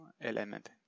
element